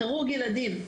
כירורג ילדים,